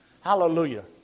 Hallelujah